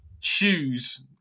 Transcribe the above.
choose